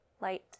light